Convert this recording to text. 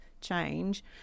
change